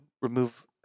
Remove